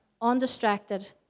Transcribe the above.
undistracted